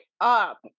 up